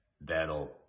that'll